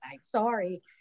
Sorry